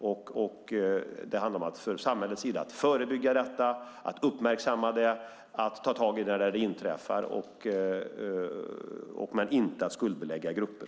Det handlar om att från samhällets sida förebygga det, att uppmärksamma det, att ta tag i det där det inträffar men inte att skuldbelägga grupper.